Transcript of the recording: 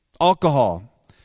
alcohol